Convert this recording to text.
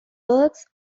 works